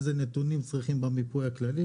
איזה נתונים צריכים במיפוי הכלכלי,